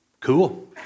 Cool